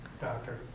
Doctor